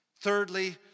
Thirdly